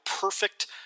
perfect